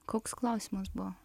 koks klausimas buvo